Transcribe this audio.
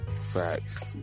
Facts